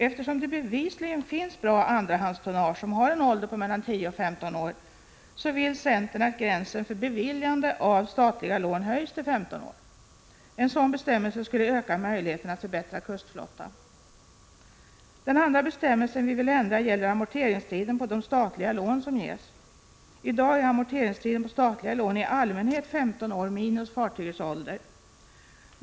Eftersom det bevisligen finns bra andrahandstonnage som har en ålder på mellan 10 och 15 år vill centern att gränsen för beviljande av statliga lån höjs till 15 år. En sådan bestämmelse skulle öka möjligheterna att förbättra kustflottan. Den andra bestämmelsen vi vill ändra gäller amorteringstiden på de statliga lån som ges. I dag är amorteringstiden på statliga lån i allmänhet 15 år, minus fartygets ålder.